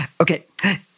Okay